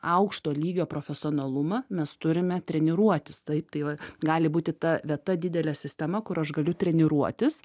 aukšto lygio profesionalumą mes turime treniruotis taip tai va gali būti ta vieta didelė sistema kur aš galiu treniruotis